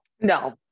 No